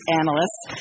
analysts